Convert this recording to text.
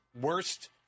worst